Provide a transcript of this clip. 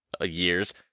years